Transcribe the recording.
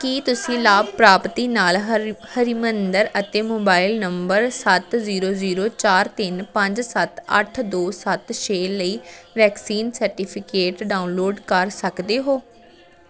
ਕੀ ਤੁਸੀਂ ਲਾਭਪ੍ਰਾਪਤੀ ਨਾਲ ਹਰੀ ਹਰਿਮੰਦਰ ਅਤੇ ਮੋਬਾਈਲ ਨੰਬਰ ਸੱਤ ਜ਼ੀਰੋ ਜ਼ੀਰੋ ਚਾਰ ਤਿੰਨ ਪੰਜ ਸੱਤ ਅੱਠ ਦੋ ਸੱਤ ਛੇ ਲਈ ਵੈਕਸੀਨ ਸਰਟੀਫਿਕੇਟ ਡਾਊਨਲੋਡ ਕਰ ਸਕਦੇ ਹੋ